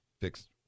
fixed